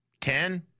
Ten